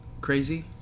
crazy